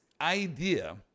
idea